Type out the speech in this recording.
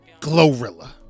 Glorilla